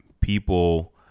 people